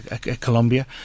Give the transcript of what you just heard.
Colombia